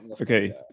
okay